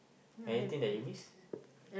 anything that you miss